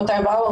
204,